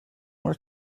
were